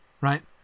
right